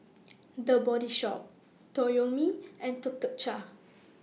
The Body Shop Toyomi and Tuk Tuk Cha